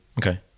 okay